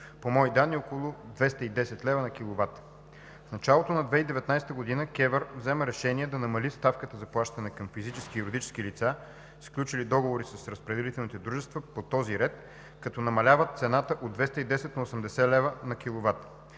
по мои данни около 210 лв. на киловат. В началото на 2019 г. КЕВР взима решение да намали ставката за плащане към физически и юридически лица, сключили договори с разпределителните дружества по този ред, като намалява цената от 210 на 80 лв. на киловат.